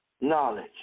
knowledge